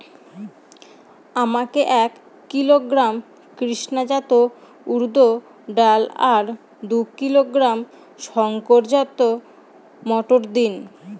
আমাকে এক কিলোগ্রাম কৃষ্ণা জাত উর্দ ডাল আর দু কিলোগ্রাম শঙ্কর জাত মোটর দিন?